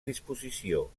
disposició